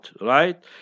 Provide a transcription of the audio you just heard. right